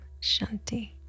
shanti